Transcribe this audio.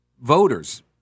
voters